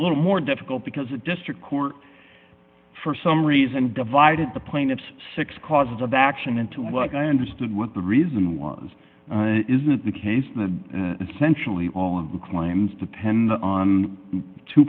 little more difficult because the district court for some reason divided the plaintiff's six causes of action into what i understood what the reason was it isn't the case that essentially all of the claims depend on two